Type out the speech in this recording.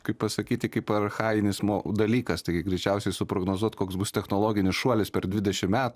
kaip pasakyti kaip archajinis dalykas tai greičiausiai suprognozuot koks bus technologinis šuolis per dvidešim metų